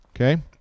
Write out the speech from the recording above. okay